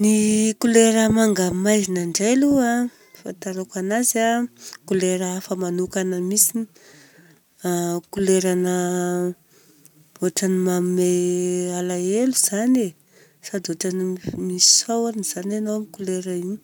Ny kolera manga maizina indray aloha a, fahafantarako anazy a, kolera hafa manokana mintsiny, a kolerana ohatra manome halahelo izany e, sady ohatra misaona izany ianao amin'iny kolera iny.